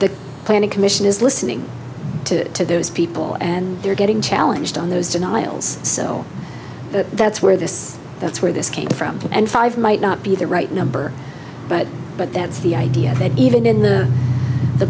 the planning commission is listening to those people and they're getting challenged on those denials so that's where this that's where this came from and five might not be the right number but but that's the idea that even in the